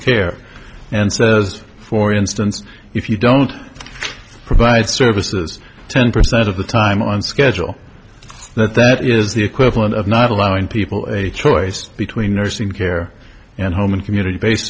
care and says for instance if you don't provide services ten percent of the time on schedule that that is the equivalent of not allowing people a choice between nursing care and home and community based